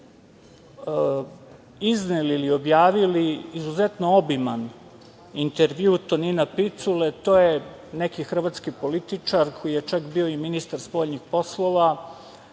izneli ili objavili izuzetno obiman intervju Tonina Piculu. To je neki hrvatski političar koji je čak bio i ministar spoljnih poslova